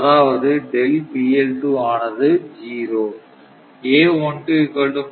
அதாவது ஆனது 0